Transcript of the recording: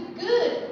good